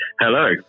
Hello